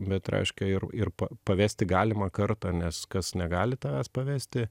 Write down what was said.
bet reiškia ir ir pavesti galima kartą nes kas negali tavęs pavesti